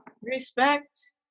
Respect